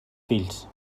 fills